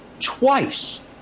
twice